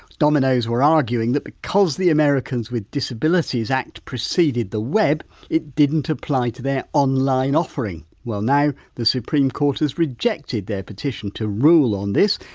domino's were arguing that because the americans with disabilities act preceded the web it didn't apply to their their online offering. well now the supreme court has rejected their petition to rule on this,